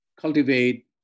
cultivate